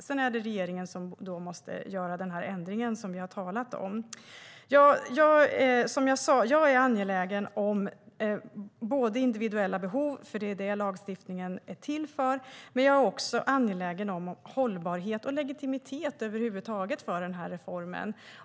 Sedan är det regeringen som måste göra den ändring som vi har talat om. Som jag sa är jag angelägen om individuella behov, för det är vad lagstiftningen är till för, men också om hållbarhet och legitimitet över huvud taget för den här reformen.